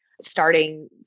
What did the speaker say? starting